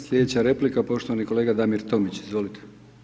Sljedeća replika, poštovani kolega Damir Tomić, izvolite.